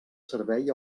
servei